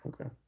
Okay